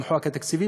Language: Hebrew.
עם חוק התקציב,